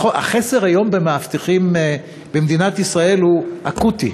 החסר היום במאבטחים במדינת ישראל הוא אקוטי,